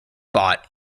bot